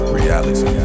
reality